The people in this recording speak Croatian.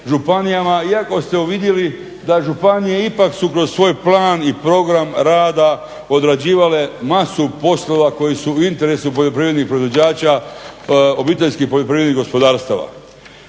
iako ste uvidjeli da županije ipak su kroz svoj plan i program rada odrađivale masu poslova koji su u interesu poljoprivrednih proizvođača obiteljskih poljoprivrednih gospodarstava.